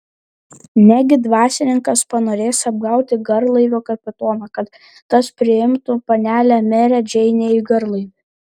negi dvasininkas panorės apgauti garlaivio kapitoną kad tas priimtų panelę merę džeinę į garlaivį